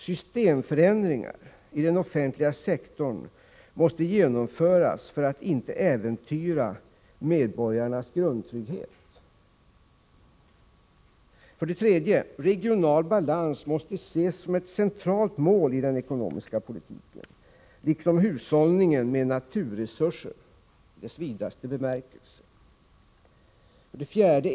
Systemförändringar i den offentliga sektorn måste genomföras för att inte medborgarnas grundtrygghet skall äventyras. 3. Regional balans måste ses som ett centralt mål i den ekonomiska politiken liksom hushållningen med naturresurser i dess vidaste bemärkelse. 4.